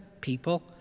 people